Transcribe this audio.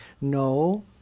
No